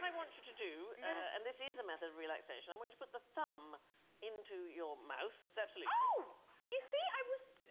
want you to do and this is a method of relaxation i'm going to put the thumb into your mouth. it's absolutely oh you see i was